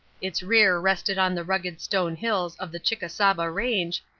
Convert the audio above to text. its rear rested on the rugged stone hills of the chickasaba range,